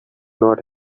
not